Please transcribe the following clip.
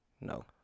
No